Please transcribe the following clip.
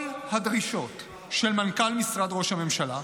כל הדרישות של מנכ"ל משרד ראש הממשלה,